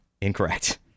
Incorrect